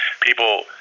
People